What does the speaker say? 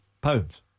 pounds